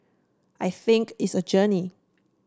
I think it's a journey